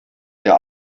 der